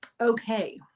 okay